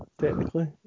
technically